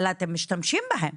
אלא אתם משתמשים בהם